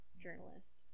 journalist